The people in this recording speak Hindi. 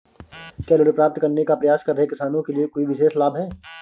क्या ऋण प्राप्त करने का प्रयास कर रहे किसानों के लिए कोई विशेष लाभ हैं?